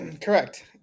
correct